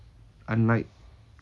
unlike